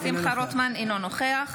אינו נוכח